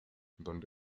donde